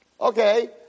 Okay